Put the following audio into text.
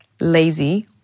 lazy